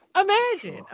Imagine